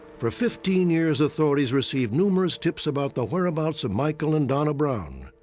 for fifteen years, authorities received numerous tips about the whereabouts of michael and donna brown.